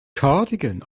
cardigan